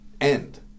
end